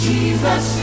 Jesus